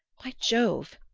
by jove!